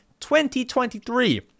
2023